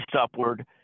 upward